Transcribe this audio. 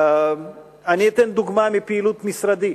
אני אתן דוגמה מפעילות משרדי: